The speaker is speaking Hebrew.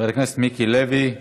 חבר הכנסת מיקי לוי,